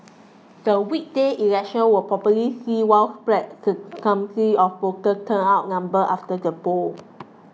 the weekday election will probably see widespread of voter turnout number after the poll